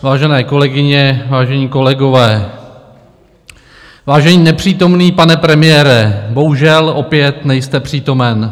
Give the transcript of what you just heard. Vážené kolegyně, vážení kolegové, vážený nepřítomný pane premiére, bohužel opět nejste přítomen.